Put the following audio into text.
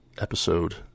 episode